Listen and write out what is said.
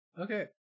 okay